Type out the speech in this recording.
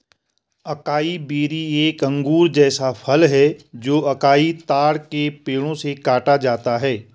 acai berry एक अंगूर जैसा फल है जो अकाई ताड़ के पेड़ों से काटा जाता है